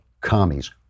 commies